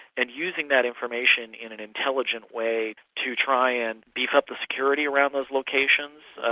and using that information in an intelligent way to try and beef up the security around those locations,